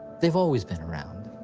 they've always been around.